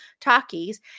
talkies